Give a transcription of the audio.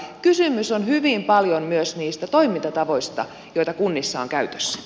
kysymys on hyvin paljon myös niistä toimintatavoista joita kunnissa on käytössä